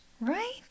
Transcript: Right